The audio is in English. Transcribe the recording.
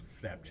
snapchat